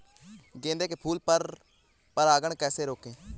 गेंदे के फूल से पर परागण कैसे रोकें?